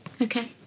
Okay